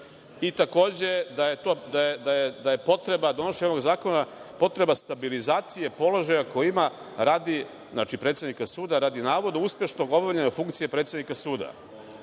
I, takođe da je potreba donošenja ovog zakona, potreba stabilizacije položaja koji ima radi, znači, predsednika suda, radi navoda uspešnog obavljanja funkcije predsednika suda.